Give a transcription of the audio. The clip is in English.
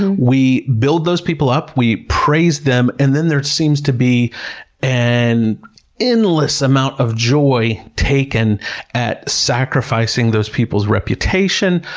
and we build those people up, we praise them. and then there seems to be an and endless amount of joy taken at sacrificing those people's reputation,